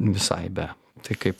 visai be tai kaip